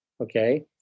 Okay